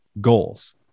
goals